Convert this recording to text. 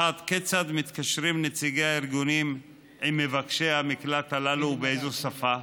1. כיצד מתקשרים נציגי הארגונים עם מבקשי המקלט הללו ובאיזו שפה?